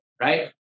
right